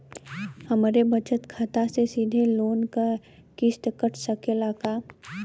हमरे बचत खाते से सीधे लोन क किस्त कट सकेला का?